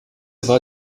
war